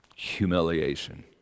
Humiliation